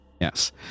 Yes